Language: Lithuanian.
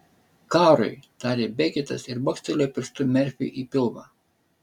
karui tarė beketas ir bakstelėjo pirštu merfiui į pilvą